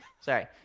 Sorry